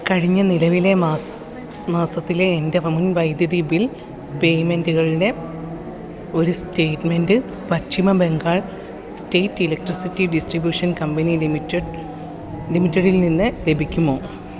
കഴിഞ്ഞ നിലവിലെ മാസം മാസത്തിലെ എൻ്റെ മുൻ വൈദ്യുതി ബിൽ പേയ്മെൻ്റുകളുടെ ഒരു statement Paschim Bengal state electricity distribution company limited ലിമിറ്റഡിൽ നിന്ന് ലഭിക്കുമോ